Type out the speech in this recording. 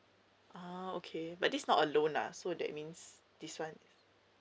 ah okay but this not alone lah so that means this one